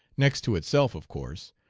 next to itself, of course,